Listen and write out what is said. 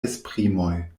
esprimoj